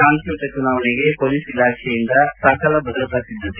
ಶಾಂತಿಯುತ ಚುನಾವಣೆಗೆ ಮೊಲೀಸ್ ಇಲಾಖೆಯಿಂದ ಸಕಲ ಭದ್ರತಾ ಸಿದ್ಧತೆ